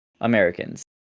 Americans